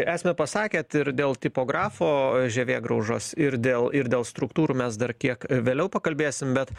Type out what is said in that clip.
esmę pasakėt ir dėl tipografo žievėgraužos ir dėl ir dėl struktūrų mes dar kiek vėliau pakalbėsim bet